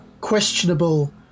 questionable